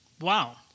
Wow